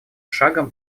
шагом